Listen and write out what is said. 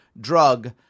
drug